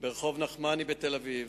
ברחוב נחמני בתל-אביב.